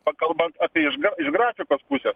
pakalbant apie iš grafikos pusės